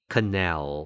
Canal